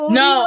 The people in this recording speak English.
no